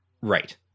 Right